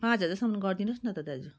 पाँच हजारसम्म गरिदिनुहोस् न त दाजु